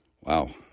Wow